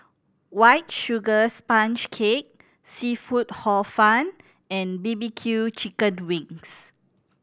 White Sugar Sponge Cake seafood Hor Fun and B B Q chicken wings